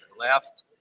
left